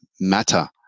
matter